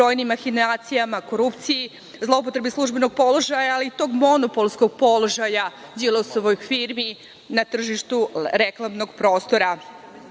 brojnim mahinacijama, korupciji, zloupotrebi službenog položaja, ali i tog monopolskog položaja Đilasovoj firmi na tržištu reklamnog prostora. Vi